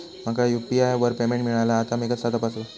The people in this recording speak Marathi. माका यू.पी.आय वर पेमेंट मिळाला हा ता मी कसा तपासू?